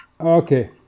Okay